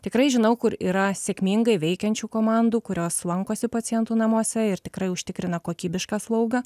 tikrai žinau kur yra sėkmingai veikiančių komandų kurios lankosi pacientų namuose ir tikrai užtikrina kokybišką slaugą